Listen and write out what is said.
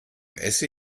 esse